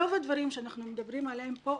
רוב הדברים שאנחנו מדברים עליהם פה,